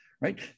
right